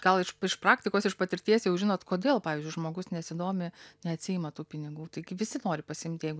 gal iš iš praktikos iš patirties jau žinot kodėl pavyzdžiui žmogus nesidomi neatsiima tų pinigų taigi visi nori pasiimti jeigu